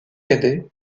cadets